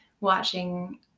watching